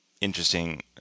interesting